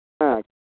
ᱦᱮᱸ